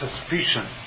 suspicion